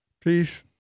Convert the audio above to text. Peace